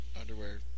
underwear